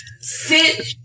Sit